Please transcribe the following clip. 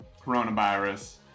coronavirus